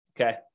Okay